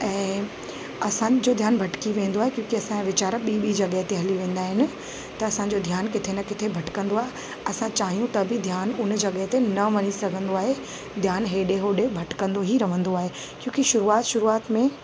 ऐं असांजो ध्यानु भटकी वेंदो आहे क्योंकि असांजा वीचार ॿी ॿी जॻहि ते हली वेंदा आहिनि त असांजो ध्यानु किथे न किथे भटकंदो आहे असां चाहियूं त बि ध्यानु उन जॻहि ते न वञी सघंदो आहे ध्यानु हेॾे होॾे भटकंदो ई रहंदो आहे क्योंकि शुरूआति शुरूआति में